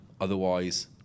otherwise